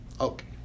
Okay